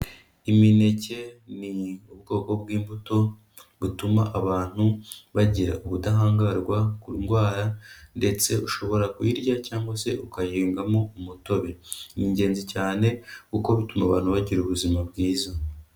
Imineke ni ubwoko bw'imbuto butuma abantu bagira ubudahangarwa ku ndwara ndetse ushobora kuyirya cyangwa se ukayengamo umutobe. Ni ingenzi cyane kuko bituma abantu bagira ubuzima bwiza.